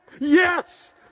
yes